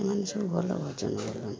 ଏମାନେ ସବୁ ଭଲ ଭଜନ ଗାଆନ୍ତି